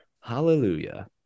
Hallelujah